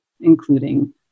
including